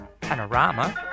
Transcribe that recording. panorama